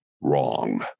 wrong